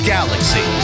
Galaxy